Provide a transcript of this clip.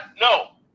no